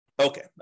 Okay